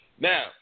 Now